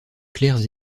clairs